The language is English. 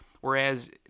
Whereas